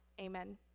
Amen